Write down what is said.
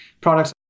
products